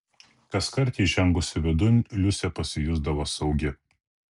kaskart įžengusi vidun liusė pasijusdavo saugi